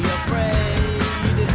afraid